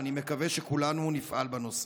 ואני מקווה שכולנו נפעל בנושא.